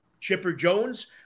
Chipper-Jones